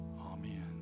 Amen